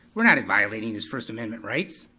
we're not violating his first amendment rights.